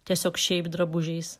tiesiog šiaip drabužiais